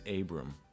Abram